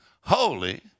holy